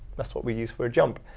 that's what we use for a jump.